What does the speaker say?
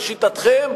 לשיטתכם,